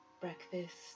breakfast